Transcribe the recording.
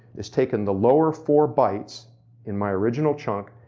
is taken the lower four bytes in my original chunk,